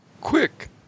Quick